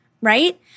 right